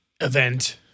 event